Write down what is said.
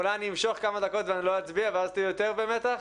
אולי אני אמשוך כמה דקות ואני לא אצביע ואז תהיו יותר במתח?